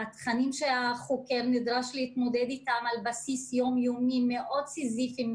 התכנים שהחוקר נדרש להתמודד אתם על בסיס יום יומי מאוד סיזיפיים,